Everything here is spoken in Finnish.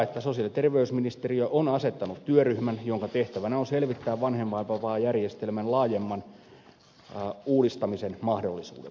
sosiaali ja terveysministeriö on asettanut työryhmän jonka tehtävänä on selvittää vanhempainvapaajärjestelmän laajemman uudistamisen mahdollisuudet